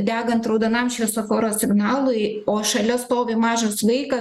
degant raudonam šviesoforo signalui o šalia stovi mažas vaikas